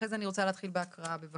אחרי זה אני רוצה להתחיל בהקראה בבקשה.